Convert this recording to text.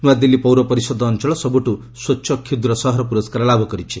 ନୂଆଦିଲ୍ଲୀ ପୌରପରିଷଦ ଅଞ୍ଚଳ ସବୁଠୁ ସ୍ୱଚ୍ଛ କ୍ଷୁଦ୍ର ସହର ପୁରସ୍କାର ଲାଭ କରିଛି